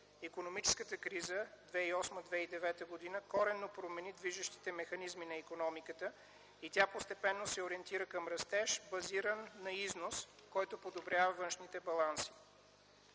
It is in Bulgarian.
Икономическата криза 2008-2009 г. коренно промени движещите механизми на икономиката и тя постепенно се ориентира към растеж, базиран на износ, който подобрява външните баланси.